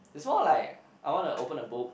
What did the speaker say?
is more like I want to open a book